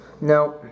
Now